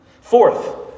Fourth